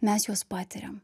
mes juos patiriam